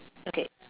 okay